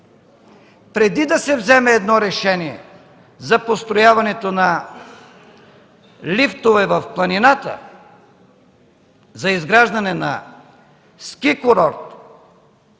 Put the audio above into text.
преди да се вземе едно решение за построяването на лифтове в планината, за изграждане на ски курорт,